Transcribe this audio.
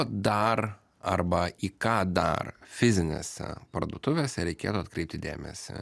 dar arba į ką dar fizinėse parduotuvėse reikėtų atkreipti dėmesį